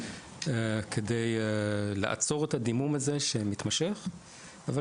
כדי לעצור את הדימום המתמשך הזה,